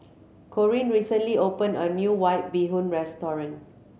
Corene recently opened a new White Bee Hoon restaurant